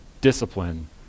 discipline